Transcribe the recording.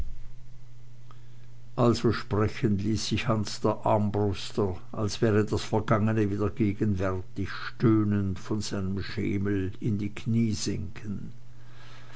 also sprechend ließ sich hans der armbruster als wäre das vergangene wieder gegenwärtig stöhnend von seinem schemel in die kniee sinken